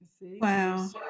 Wow